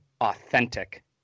authentic